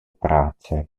práce